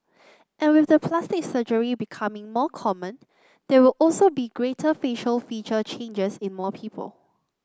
and with the plastic surgery becoming more common there will also be greater facial feature changes in more people